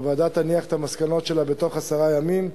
הוועדה תניח את המסקנות שלה בתוך עשרה ימים,